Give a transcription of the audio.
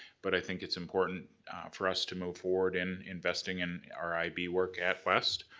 but i think it's important for us to move forward in investing in our ib work at west.